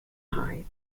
hide